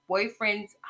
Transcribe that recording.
Boyfriend's